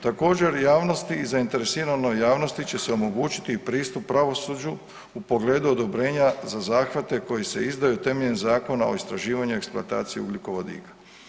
Također javnosti i zainteresiranoj javnosti će se omogućiti pristup pravosuđu u pogledu odobrenja za zahvate koji se izdaju temeljem Zakona o istraživanju i eksploataciji ugljikovodika.